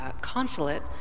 consulate